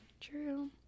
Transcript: true